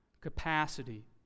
capacity